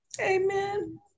Amen